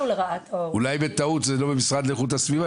אולי בטעות זה לא במשרד לאיכות הסביבה,